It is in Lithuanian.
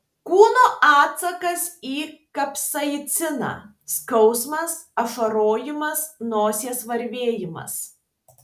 kūno atsakas į kapsaiciną skausmas ašarojimas nosies varvėjimas